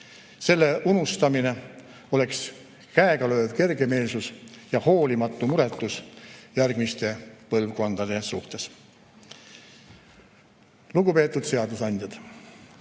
Selle unustamine oleks käegalööv kergemeelsus ja hoolimatu muretus järgmiste põlvkondade suhtes. Lugupeetud seadusandjad!